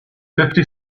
fifty